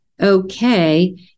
okay